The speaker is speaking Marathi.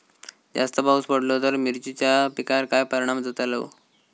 जास्त पाऊस पडलो तर मिरचीच्या पिकार काय परणाम जतालो?